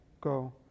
go